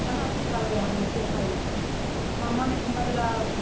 केना की करबै हम से क़हियौ हमरा मोन अछि मतलब